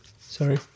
Sorry